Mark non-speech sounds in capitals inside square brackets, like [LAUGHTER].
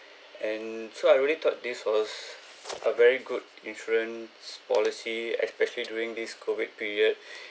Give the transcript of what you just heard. and so I really thought this was a very good insurance policy especially during this COVID period [BREATH]